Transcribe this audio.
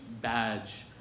badge